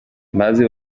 بعضی